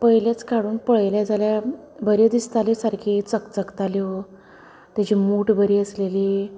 पयलेंच काडून पळयले जाल्यार बऱ्यो दिसतालीं सारकीं चकचकताल्यो तेची मुठ बरी आसलेली